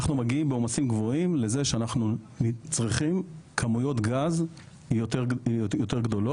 אנחנו מגיעים בעומסים גבוהים לזה שאנחנו צריכים כמויות גז יותר גדולות,